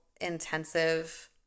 intensive